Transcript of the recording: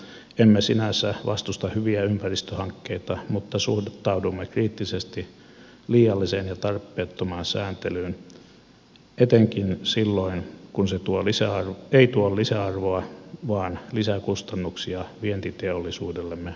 emme sinänsä vastusta hyviä ympäristöhankkeita mutta suhtaudumme kriittisesti liialliseen ja tarpeettomaan sääntelyyn etenkin silloin kun se ei tuo lisäarvoa vaan lisäkustannuksia vientiteollisuudellemme